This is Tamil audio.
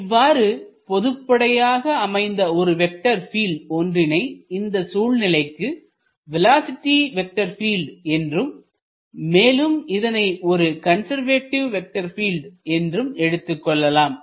இவ்வாறு பொதுவாக அமைந்த ஒரு வெக்டர் பீல்ட் ஒன்றினை இந்த சூழ்நிலைக்கு வேலோஸிட்டி வெக்டர் பீல்ட் என்றும் மேலும் இதனை ஒரு கன்சர்வேட்டிவ் வேலோஸிட்டி வெக்டர் என்று எடுத்துக்கொள்ளலாம்